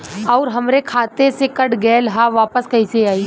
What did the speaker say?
आऊर हमरे खाते से कट गैल ह वापस कैसे आई?